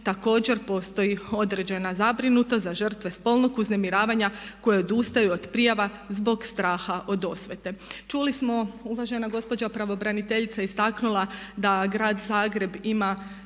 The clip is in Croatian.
također postoji određena zabrinutost za žrtve spolnog uznemiravanja koje odustaju od prijava zbog straha od osvete. Čuli smo uvažena gospođa pravobraniteljica je istaknula da Grad Zagreb ima